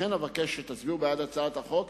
ולכן אבקש שתצביעו בעד הצעת החוק